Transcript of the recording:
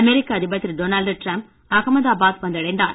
அமெரிக்க அதிபர் திரு Donald Trump Ahmedabad வந்தடைந்தார்